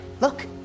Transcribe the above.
Look